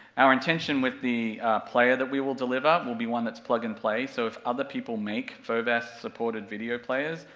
our intention with the player that we will deliver, will be one that's plug and play, so if other people make fovas-supported video players,